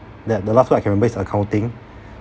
that the last word I can remember is accounting